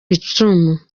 icumu